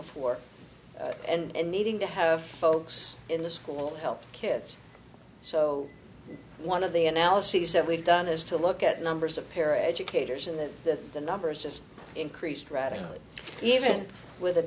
before and needing to have folks in the school help kids so one of the analyses that we've done is to look at numbers of pair educators and then that the numbers just increased radically even with a